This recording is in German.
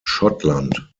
schottland